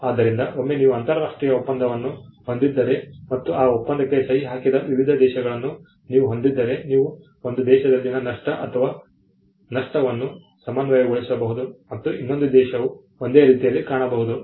ಆದ್ದರಿಂದ ಒಮ್ಮೆ ನೀವು ಅಂತರರಾಷ್ಟ್ರೀಯ ಒಪ್ಪಂದವನ್ನು ಹೊಂದಿದ್ದರೆ ಮತ್ತು ಆ ಒಪ್ಪಂದಕ್ಕೆ ಸಹಿ ಹಾಕಿದ ವಿವಿಧ ದೇಶಗಳನ್ನು ನೀವು ಹೊಂದಿದ್ದರೆ ನೀವು ಒಂದು ದೇಶದಲ್ಲಿನ ನಷ್ಟ ಅಥವಾ ನಷ್ಟವನ್ನು ಸಮನ್ವಯಗೊಳಿಸಬಹುದು ಮತ್ತು ಇನ್ನೊಂದು ದೇಶವು ಒಂದೇ ರೀತಿಯಲ್ಲಿ ಕಾಣಬಹುದು